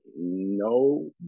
No